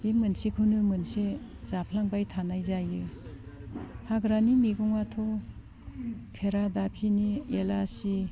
बे मोनसेखौनो मोनसे जाफ्लांबाय थानाय जायो हाग्रानि मैगंआथ' खेरा दाफिनि हेलांसि